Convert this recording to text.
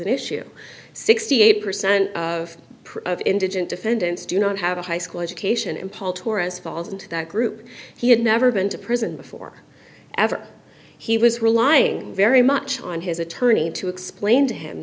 an issue sixty eight percent of indigent defendants do not have a high school education and paul tourists falls into that group he had never been to prison before ever he was relying very much on his attorney to explain to him